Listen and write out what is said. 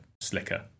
slicker